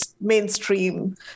mainstream